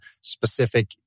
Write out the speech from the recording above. specific